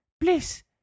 please